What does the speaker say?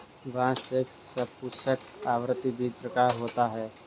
बांस एक सपुष्पक, आवृतबीजी प्रकार का पौधा है